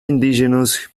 indigenous